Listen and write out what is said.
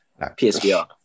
psvr